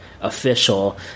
official